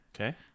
okay